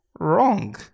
wrong